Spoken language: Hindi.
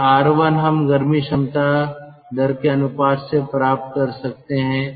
फिर R1 हम गर्मी क्षमता दर के अनुपात से प्राप्त कर सकते हैं